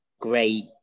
great